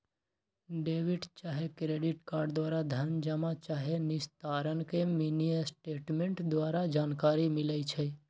debit चाहे credit card द्वारा धन जमा चाहे निस्तारण के मिनीस्टेटमेंट द्वारा जानकारी मिलइ छै